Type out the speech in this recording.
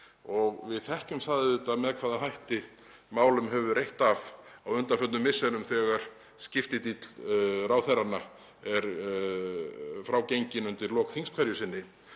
Við þekkjum það auðvitað með hvaða hætti málum hefur reitt af á undanförnum misserum þegar skiptidíll ráðherranna er frágenginn undir lok þings hverju sinni.